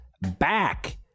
back